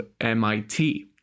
MIT